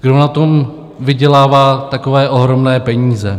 Kdo na tom vydělává takové ohromné peníze?